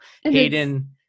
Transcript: Hayden